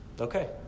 Okay